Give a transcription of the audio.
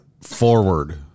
forward